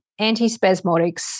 antispasmodics